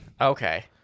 Okay